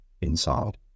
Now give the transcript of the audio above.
inside